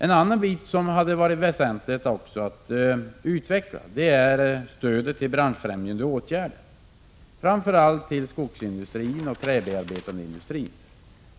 En del som det hade varit väsentligt att utveckla är stödet till branschfrämjande åtgärder, framför allt till skogsindustrin och träbearbetningsindustrin.